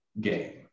game